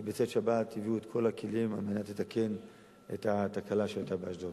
ובצאת שבת הביאו את כל הכלים על מנת לתקן את התקלה שהיתה באשדוד.